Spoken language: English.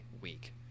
week